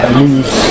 lose